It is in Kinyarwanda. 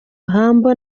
humble